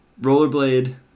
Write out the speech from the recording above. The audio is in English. Rollerblade